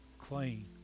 clean